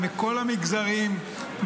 מכל המגזרים,